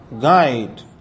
guide